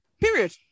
Period